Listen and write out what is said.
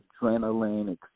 adrenaline